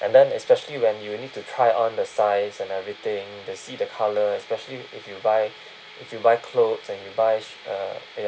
and then especially when you need to try on the size and everything to see the colour especially if you buy if you buy clothes and you buy sh~ uh ya